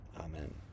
Amen